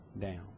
down